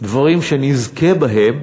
מהדברים שנזכה בהם,